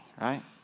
right